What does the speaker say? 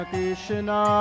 Krishna